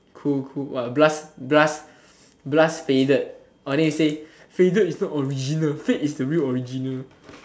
cool cool !wah! blast blast blast faded ah then you said faded is not original fade is the real original